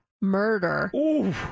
murder